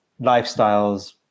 lifestyles